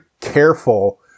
careful